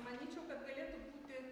manyčiau kad galėtų būti